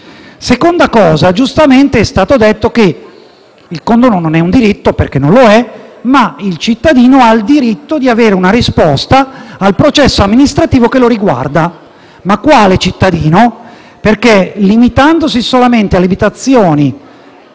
secondo luogo, giustamente è stato detto che il condono non è un diritto, perché non lo è, ma il cittadino ha il diritto di avere una risposta al processo amministrativo che lo riguarda. Ma quale cittadino? Perché, limitandosi solamente alle abitazioni